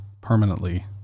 permanently